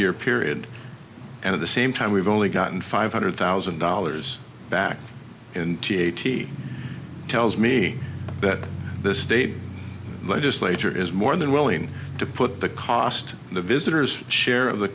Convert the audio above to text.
year period and at the same time we've only gotten five hundred thousand dollars back in th he tells me that the state legislature is more than willing to put the cost the visitors share of the